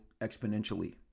exponentially